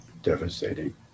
devastating